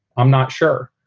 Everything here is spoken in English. i'm not sure.